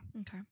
Okay